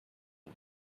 بود